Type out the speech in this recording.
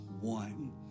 one